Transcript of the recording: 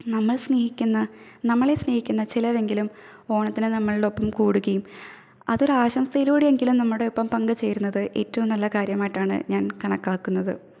നമ്മൾ സ്നേഹിക്കുന്ന നമ്മളെ സ്നേഹിക്കുന്ന ചിലരെങ്കിലും ഓണത്തിന് നമ്മളുടെ ഒപ്പം കൂടുകയും അതൊരാശംസയിലൂടെ എങ്കിലും ഒപ്പം കൂടുന്നത് ഏറ്റോം നല്ല കാര്യമായിട്ടാണ് ഞാൻ കണക്കാക്കുന്നത്